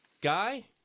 Guy